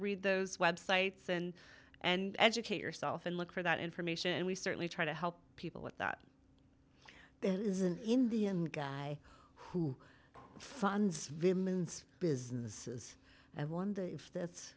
read those websites and and educate yourself and look for that information and we certainly try to help people with that there is an indian guy who funds women's businesses and wonder if that's